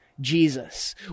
Jesus